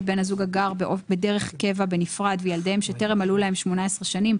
בן זוג הגר בדרך קבע בנפרד וילדיהם שטרם מלאו להם 18 שנים,